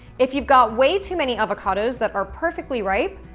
if you've got way too many avocados that are perfectly ripe,